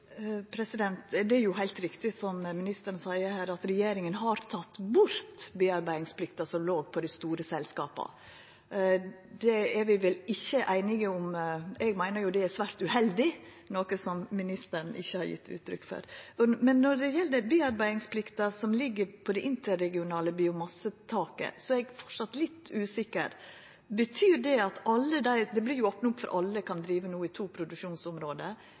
bort bearbeidingsplikta som låg på dei store selskapa. Det er vi vel ikkje einige om. Eg meiner jo det er svært uheldig, noko som ministeren ikkje har gjeve uttrykk for. Men når det gjeld bearbeidingsplikta som ligg på det interregionale biomassetaket, er eg framleis litt usikker. Det vert jo opna opp for at alle no kan driva i to produksjonsområde. Betyr det òg at alle dei får dei same forpliktingane som dei hadde under interregionalt biomassetak, altså at ei bearbeidingsplikt vert lagd på alle som driv i to